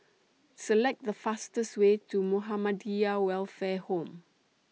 Select The fastest Way to Muhammadiyah Welfare Home